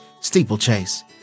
Steeplechase